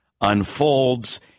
unfolds